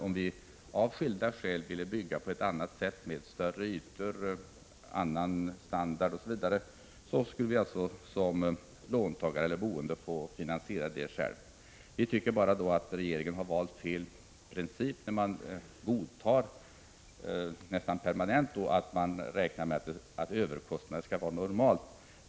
Om man av skilda skäl vill bygga på ett annat sätt med stora ytor, annan standard, osv., skall man alltså som låntagare eller boende få finansiera det själv. Vi tycker då att regeringen här valt fel princip när den nästan permanent räknar med att överkostnaderna är någonting normalt.